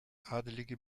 adelige